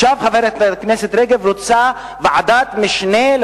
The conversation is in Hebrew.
ועכשיו חברת הכנסת רגב רוצה ועדת משנה של